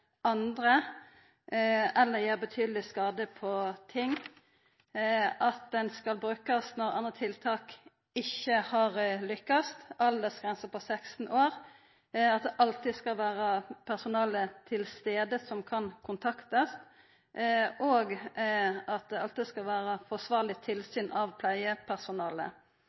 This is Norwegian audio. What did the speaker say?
andre eller gjer betydeleg skade på ting. Det vert òg presisert at det skal brukast når andre tiltak ikkje har lukkast, at aldersgrensa er 16 år, at det alltid skal vera personale til stades som ein kan kontakta, og at det alltid skal vera forsvarleg tilsyn av